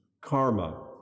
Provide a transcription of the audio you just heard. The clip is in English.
karma